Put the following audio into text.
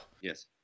Yes